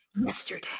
yesterday